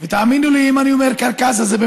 ולא מהטוב מחמישה?